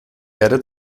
werde